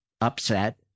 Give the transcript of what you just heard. upset